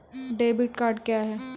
Debit card क्या हैं?